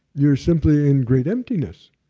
you're simply in great emptiness,